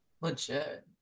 Legit